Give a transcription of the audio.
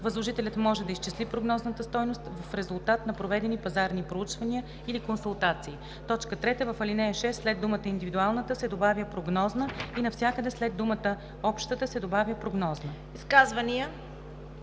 Възложителят може да изчисли прогнозната стойност в резултат на проведени пазарни проучвания или консултации.“ 3. В ал. 6 след думата „индивидуалната“ се добавя „прогнозна“ и навсякъде след думата „общата“ се добавя „прогнозна“.“